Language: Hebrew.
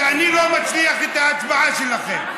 שאני לא מצליח להבין את ההצבעה שלכם.